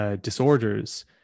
disorders